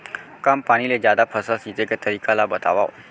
कम पानी ले जादा फसल सींचे के तरीका ला बतावव?